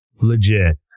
Legit